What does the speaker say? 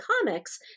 comics